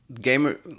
gamer